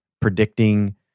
predicting